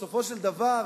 בסופו של דבר,